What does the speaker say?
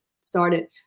started